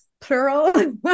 plural